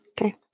okay